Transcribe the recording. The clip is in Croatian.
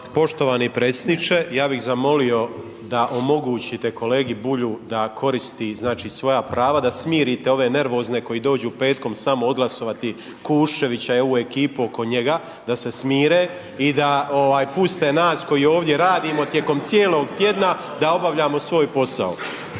Poštovani predsjedniče ja bih zamolio da omogućite kolegi Bulju da koristi znači svoja prava da smirite ove nervozne koji dođu petkom samo odglasovati Kuščevića i ovu ekipu oko njega, da se smire i da puste nas koji ovdje radimo tijekom cijelog tjedna da obavljamo svoj posao.